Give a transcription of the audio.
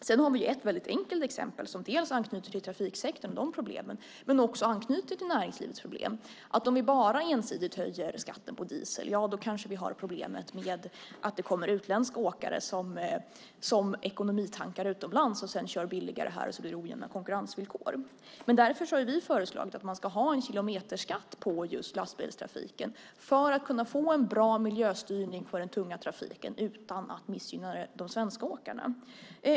Sedan har vi ett väldigt enkelt exempel som anknyter dels till trafiksektorn och de problemen, dels till näringslivets problem att det kanske kommer utländska åkare som ekonomitankar utomlands och sedan kör billigare här om vi bara ensidigt höjer skatten på diesel. Detta kan leda till ojämna konkurrensvillkor. Därför har vi föreslagit att man ska ha en kilometerskatt på lastbilstrafiken för att kunna få en bra miljöstyrning på den tunga trafiken utan att missgynna de svenska åkarna.